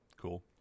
Cool